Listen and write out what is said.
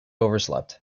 overslept